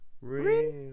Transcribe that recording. Real